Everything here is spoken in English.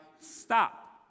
Stop